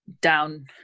down